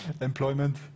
employment